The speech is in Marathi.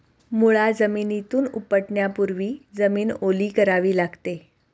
मुळा जमिनीतून उपटण्यापूर्वी जमीन ओली करावी लागते